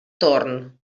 torn